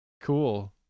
Cool